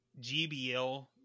GBL